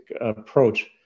approach